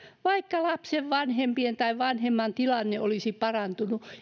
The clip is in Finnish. vaikka lapsen vanhempien tai vanhemman tilanne olisi parantunut